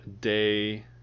day